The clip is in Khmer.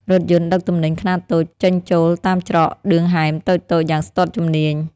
រថយន្តដឹកទំនិញខ្នាតតូចចេញចូលតាមច្រកឌឿងហែមតូចៗយ៉ាងស្ទាត់ជំនាញ។